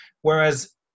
whereas